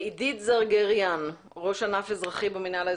עידית זרגריאן, ראש ענף אזרחי, המינהל האזרחי.